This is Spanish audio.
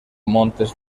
montes